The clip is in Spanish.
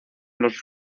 los